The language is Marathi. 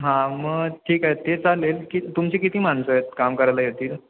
हां मग ठीक आहे ते चालेल की तुमची किती माणसं आहेत काम करायला येतील